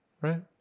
Right